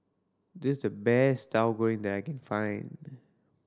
this the best Tauhu Goreng that I can find